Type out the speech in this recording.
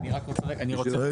אני רוצה רק לחדד --- רגע,